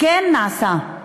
כן נעשה,